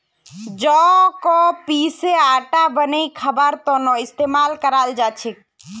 जौ क पीसे आटा बनई खबार त न इस्तमाल कराल जा छेक